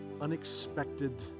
unexpected